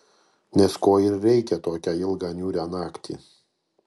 nes ko ir reikia tokią ilgą niūrią naktį